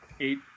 eight